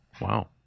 Wow